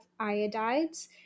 iodides